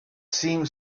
seemed